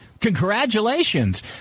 Congratulations